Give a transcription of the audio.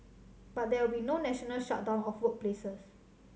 but there will be no national shutdown of workplaces